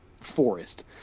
forest